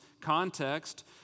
context